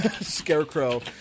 Scarecrow